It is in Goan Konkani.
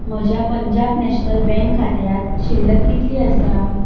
म्हज्या पंजाब नॅशनल बँक खात्यांत शिल्लक कितली आसा